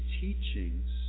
teachings